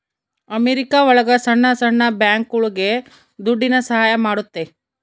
America ಒಳಗ ಸಣ್ಣ ಸಣ್ಣ ಬ್ಯಾಂಕ್ಗಳುಗೆ ದುಡ್ಡಿನ ಸಹಾಯ ಮಾಡುತ್ತೆ